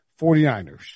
49ers